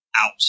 out